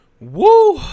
Woo